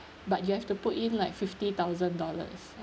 but you have to put in like fifty thousand dollars